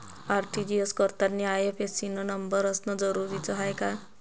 RTGS करतांनी IFSC न number असनं जरुरीच हाय का?